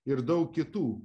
ir daug kitų